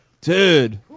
Dude